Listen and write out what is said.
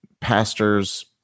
pastors